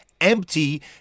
empty